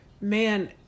man